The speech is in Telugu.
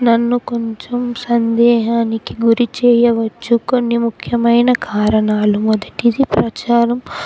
నన్ను కొంచెం సందేహానికి గురి చేేయవచ్చు కొన్ని ముఖ్యమైన కారణాలు మొదటిది ప్రచారం